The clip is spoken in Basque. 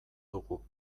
dugu